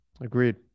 Agreed